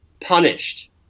punished